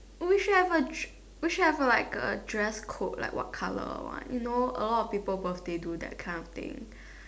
oh we should have a we should have a like a dress code like what colour one you know a lot of people birthday do that kind of thing